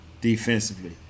defensively